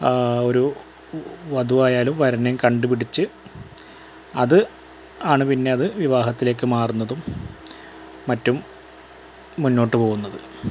ആ ഒരു വധു ആയാലും വരനെ കണ്ടു പിടിച്ച് അത് ആണ് പിന്നത് വിവാഹത്തിലേക്കു മാറുന്നതും മറ്റും മുന്നോട്ടു പോകുന്നത്